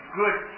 good